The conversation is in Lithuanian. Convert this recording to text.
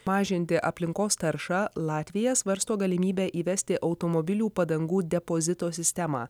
mažinti aplinkos tarša latvija svarsto galimybę įvesti automobilių padangų depozito sistemą